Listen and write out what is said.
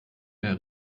mehr